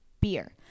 Beer